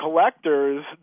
collectors